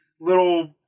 little